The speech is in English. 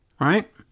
Right